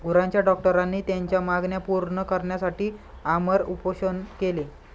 गुरांच्या डॉक्टरांनी त्यांच्या मागण्या पूर्ण करण्यासाठी आमरण उपोषण केले